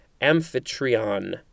Amphitryon